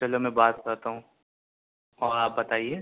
چلو میں بات کرتا ہوں اور آپ بتائیے